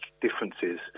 differences